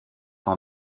ans